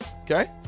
okay